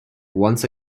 once